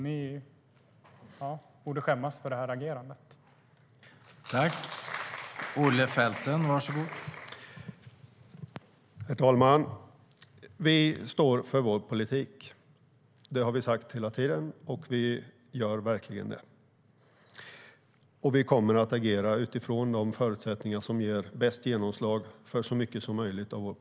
Ni borde skämmas för detta agerande.